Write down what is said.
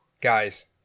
Guys